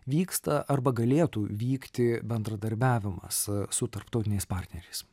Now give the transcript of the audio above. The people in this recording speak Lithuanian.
vyksta arba galėtų vykti bendradarbiavimas su tarptautiniais partneriais